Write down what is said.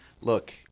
look